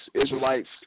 Israelites